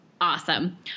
awesome